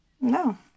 No